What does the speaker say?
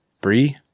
brie